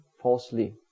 falsely